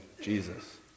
Jesus